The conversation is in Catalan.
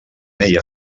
ella